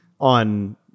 on